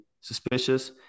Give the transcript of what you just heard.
suspicious